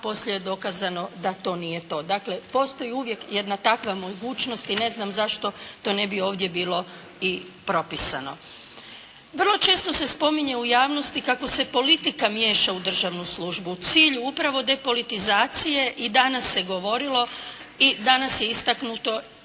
a poslije je dokazano da to nije to. Dakle postoji uvijek jedna takva mogućnost i ne znam zašto to ne bi ovdje bilo i propisano. Vrlo često se spominje u javnosti kako se politika miješa u državnu službu. Cilj upravo depolitizacije i danas se govorilo i danas je istaknuto